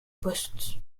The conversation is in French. poste